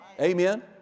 Amen